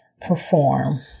perform